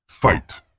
Fight